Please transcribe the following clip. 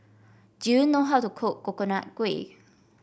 do you know how to cook Coconut Kuih